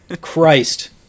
Christ